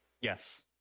Yes